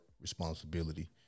responsibility